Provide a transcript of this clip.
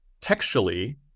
textually